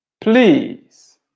Please